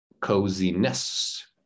coziness